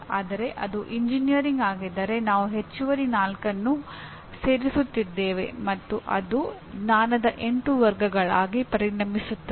ಆದರೆ ಅದು ಎಂಜಿನಿಯರಿಂಗ್ ಆಗಿದ್ದರೆ ನಾವು ಹೆಚ್ಚುವರಿ 4 ಅನ್ನು ಸೇರಿಸುತ್ತಿದ್ದೇವೆ ಮತ್ತು ಅದು ಜ್ಞಾನದ 8 ವರ್ಗಗಳಾಗಿ ಪರಿಣಮಿಸುತ್ತದೆ